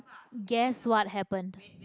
guess what happened